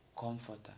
comforter